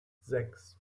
sechs